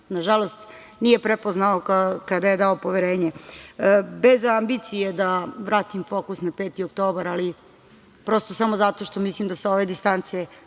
nažalost nije prepoznao kada je dao poverenje. Bez ambicije, da vratim fokus na 5. oktobar, ali prosto samo zato što mislim da sa ove distance